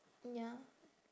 ya